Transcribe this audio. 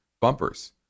bumpers